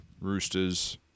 Roosters